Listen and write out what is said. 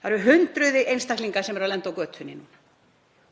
Það eru hundruð einstaklinga sem eru að lenda á götunni,